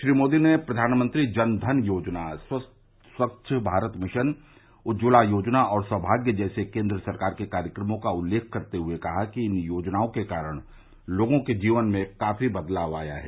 श्री मोदी ने प्रधानमंत्री जन धन योजना स्वच्छ भारत मिशन उज्ज्वला योजना और सौभाग्य जैसे केंद्र सरकार के कार्यक्रमों का उल्लेख करते हए कहा कि इन योजनाओं के कारण लोगों के जीवन में काफी बदलाव आया है